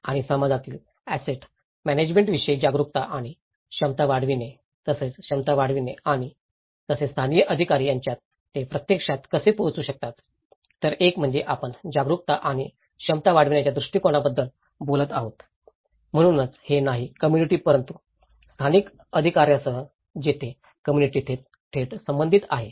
आणि समाजातील ऍसेट म्यानेजमेंटाविषयी जागरूकता आणि क्षमता वाढवणे तसेच क्षमता वाढवणे तसेच स्थानिक अधिकारी यांच्यात ते प्रत्यक्षात कसे पोचू शकतात तर एक म्हणजे आपण जागरूकता आणि क्षमता वाढवण्याच्या दृष्टीकोनाबद्दल बोलत आहोत म्हणूनच हे नाही कम्म्युनिटी परंतु स्थानिक अधिकार्यांसह जेथे कम्म्युनिटी थेट संबंधित आहे